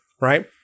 right